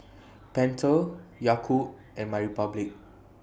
Pentel Yakult and MyRepublic